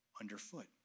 underfoot